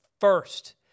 first